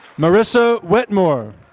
marisa wetmore.